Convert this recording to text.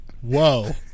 Whoa